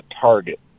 target